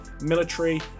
military